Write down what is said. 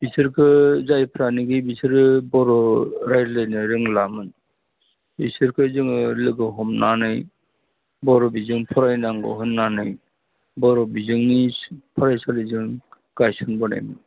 बिसोरखो जायफ्रानोखि बिसोरो बर' रायज्लायनो रोंलामोन बिसोरखौ जोङो लोगो हमनानै बर' बिजों फरायनांगौ होननानै बर' बिजोंनि फरायसालि जों गायसनबोनायमोन